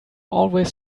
always